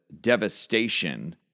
devastation